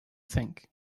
think